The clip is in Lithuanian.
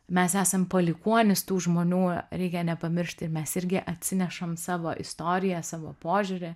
mes esam palikuonys tų žmonių reikia nepamiršti mes irgi atsinešam savo istoriją savo požiūrį